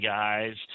guys